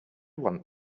want